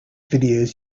videos